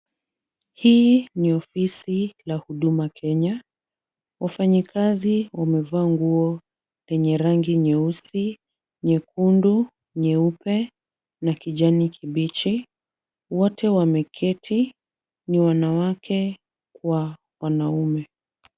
Hii ni ofisi la Huduma Kenya. Wafanyikazi wamevaa nguo lenye rangi nyeusi, nyekundu, nyeupe na kijani kibichi. Wote wameketi, ni wanawake kwa wanaume.